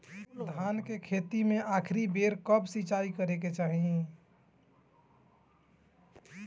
धान के खेती मे आखिरी बेर कब सिचाई करे के चाही?